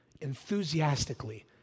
enthusiastically